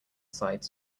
side